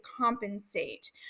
compensate